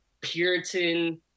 Puritan